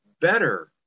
better